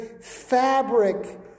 fabric